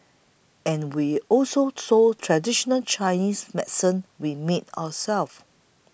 and we also sold traditional Chinese medicine we made ourselves